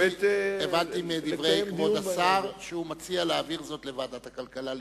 הבנתי מדברי כבוד השר שהוא מציע להעביר זאת לדיון בוועדת הכלכלה.